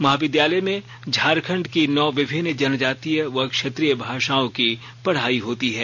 महाविद्यालय में झारखंड की नौ विभिन्न जनजातीय व क्षेत्रीय भाषाओं की पढ़ाई होती है